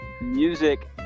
music